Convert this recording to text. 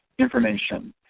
information.